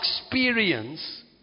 experience